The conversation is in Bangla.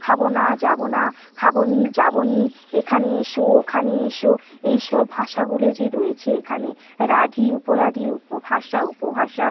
খাবো না যাবো না খাবো নি যাবো নি এখানে এসো ওখানে এসো এই সব ভাষাগুলো যে রয়েছে এখানে রাঢ়ী উপরাঢ়ী উপভাষা উপভাষা